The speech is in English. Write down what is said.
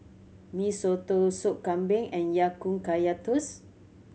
Mee Soto Sup Kambing and Ya Kun Kaya Toast